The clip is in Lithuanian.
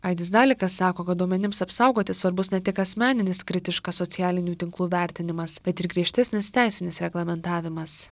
aidis dalikas sako kad duomenims apsaugoti svarbus ne tik asmeninis kritiškas socialinių tinklų vertinimas bet ir griežtesnis teisinis reglamentavimas